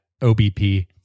OBP